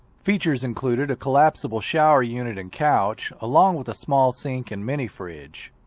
features included a collapsible shower unit and couch, along with a small sink and mini-fridge.